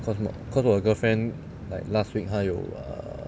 because 我 because 我的 girlfriend like last week 她有 err